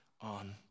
on